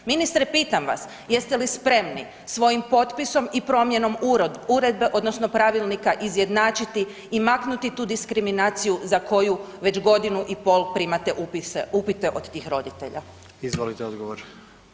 Ministre, pitam vas, jeste li spremni svojim potpisom i promjenom uredbe odnosno pravilnika izjednačiti i maknuti tu diskriminaciju za koju već godinu i pol primate upite od tih roditelja?